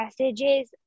messages